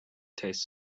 taste